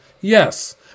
Yes